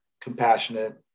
compassionate